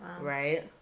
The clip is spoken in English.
right